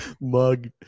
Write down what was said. mug